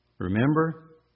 Remember